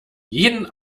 jeden